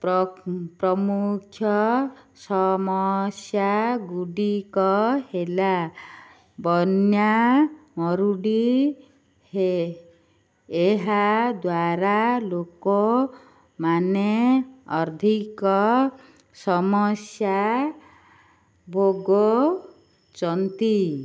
ପ୍ରମୁଖ ସମସ୍ୟା ଗୁଡ଼ିକ ହେଲା ବନ୍ୟା ମରୁଡ଼ି ହେ ଏହାଦ୍ୱାରା ଲୋକମାନେ ଅଧିକ ସମସ୍ୟା ଭୋଗୁଛନ୍ତି